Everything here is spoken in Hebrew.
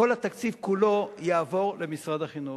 כל התקציב כולו יעבור למשרד החינוך,